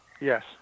Yes